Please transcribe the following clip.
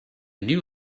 new